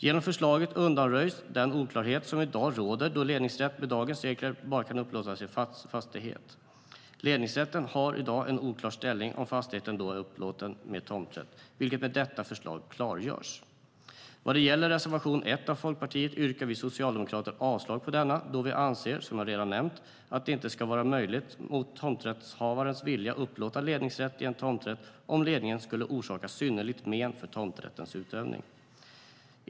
Genom förslaget undanröjs den oklarhet som i dag råder då ledningsrätt med dagens regler bara kan upplåtas i fastighet. Ledningsrätten har i dag en oklar ställning om fastigheten är upplåten med tomträtt, vilket med detta förslag klargörs. Vad gäller reservation 1 av Folkpartiet yrkar vi socialdemokrater avslag på denna, eftersom vi anser, vilket jag redan nämnt, att det inte ska vara möjligt att mot tomträttshavarens vilja upplåta ledningsrätt i en tomträtt om ledningen skulle orsaka synnerligt men för tomträttens utövning.